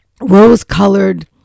rose-colored